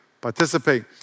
Participate